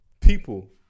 people